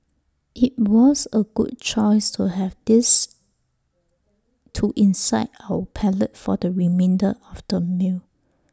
IT was A good choice to have this to incite our palate for the remainder of the meal